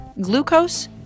glucose